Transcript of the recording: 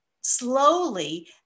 Slowly